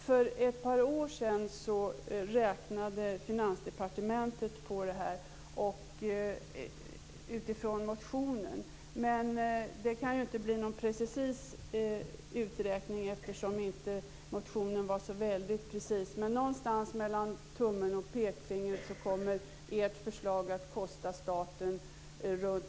För ett par år sedan räknade Finansdepartementet på detta utifrån motionen. Det kan dock inte bli en precis uträkning eftersom motionen inte är särskilt precis. Någonstans mellan tummen och pekfingret räknat kommer ert förslag att kosta staten runt